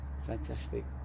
fantastic